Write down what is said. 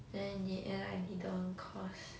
then in the end I didn't cause